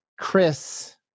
chris